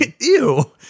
Ew